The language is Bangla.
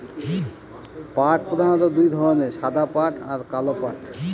পাট প্রধানত দু ধরনের সাদা পাট আর কালো পাট